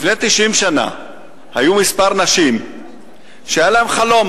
לפני 90 שנה היו כמה נשים שהיה להן חלום,